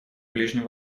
ближнем